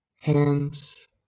hands